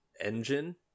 engine